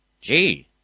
Gee